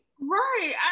Right